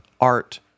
art